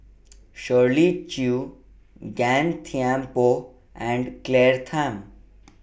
Shirley Chew Gan Thiam Poh and Claire Tham